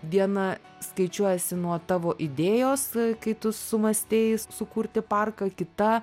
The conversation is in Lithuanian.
diena skaičiuojasi nuo tavo idėjos kai tu sumąstei sukurti parką kita